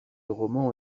roman